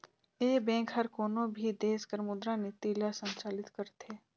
ए bank हर कोनो भी देस कर मुद्रा नीति ल संचालित करथे